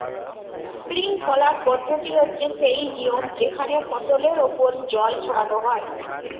sprinkler পদ্ধতি হচ্ছে সেই নিয়ম যেখানে ফসলের ওপর জল ছড়ানো হয়